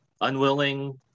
unwilling